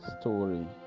story